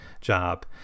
job